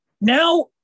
Now